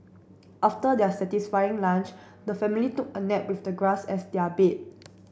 after their satisfying lunch the family took a nap with the grass as their bed